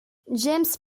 james